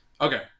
Okay